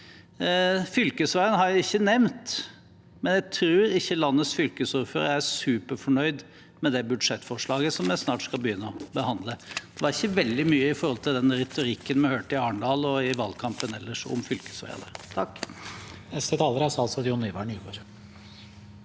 Fylkesveiene har jeg ikke nevnt, men jeg tror ikke landets fylkesordførere er superfornøyde med det budsjettforslaget som vi snart skal begynne å behandle. Det kommer ikke veldig mye, sett i forhold til den retorikken vi hørte i Arendal og i valgkampen ellers om fylkesveiene.